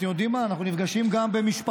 אתם יודעים מה, אנחנו נפגשים גם במשפחות,